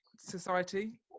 society